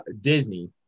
Disney